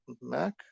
Mac